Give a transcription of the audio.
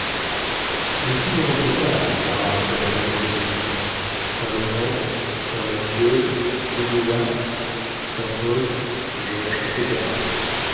les îles ne manquaient pas à ces parages de la mer de behring saintlaurent saint mathieu nouniwak saint-paul georges etc